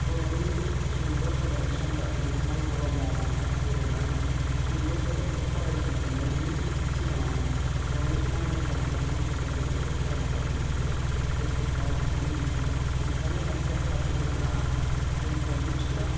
बर'नि सुंद' सल'नि सम्राट निलकमल ब्रह्म बिथां गेदेमानि सुंद' सल'खौ फरायनो मोन्नायनि सिगाङावनो जनिल कुमार ब्रह्म बिथांनि सुंद' सल'खौसो फरायनो खाबु मोनदोंमोन बे बिथिङाव बिथांनि ओंखारनाय खानस्रिया हाबनो रोङा दुमफावनि फिथा